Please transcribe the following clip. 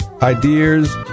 ideas